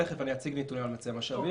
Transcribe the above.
תיכף אני אציג נתונים על ממצי המשאבים.